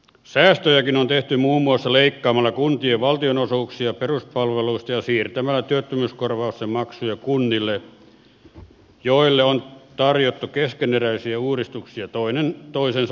säästöjäkin on tehty muun muassa leikkaamalla kuntien valtionosuuksia peruspalveluista ja siirtämällä työttömyyskorvausten maksuja kunnille joille on tarjottu keskeneräisiä uudistuksia toinen toisensa perään